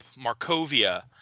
Markovia